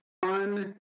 one